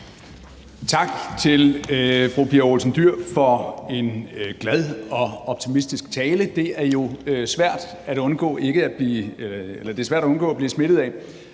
Tak til fru Pia Olsen Dyhr for en glad og optimistisk tale. Det er jo svært at undgå at blive smittet af